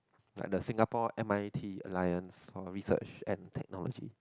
like the Singapore M_I_T Alliances for Research and Technology